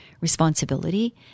responsibility